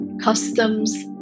customs